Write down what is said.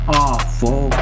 awful